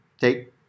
take